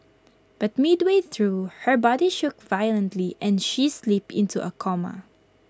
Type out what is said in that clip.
but midway through her body shook violently and she slipped into A coma